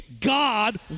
God